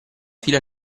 fila